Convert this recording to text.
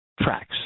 tracks